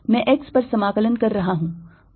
मैं x पर समाकलन कर रहा हूं